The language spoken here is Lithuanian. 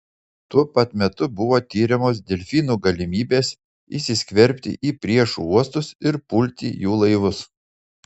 tuo pat metu buvo tiriamos delfinų galimybės įsiskverbti į priešų uostus ir pulti jų laivus